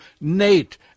Nate